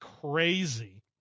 crazy